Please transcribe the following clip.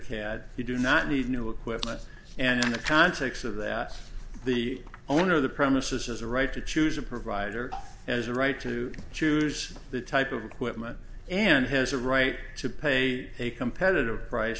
cad you do not need new equipment and in the context of that the owner of the premises has a right to choose a provider as a right to choose the type of equipment and has a right to pay a competitive price